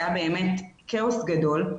היה כאוס גדול,